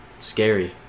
scary